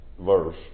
verse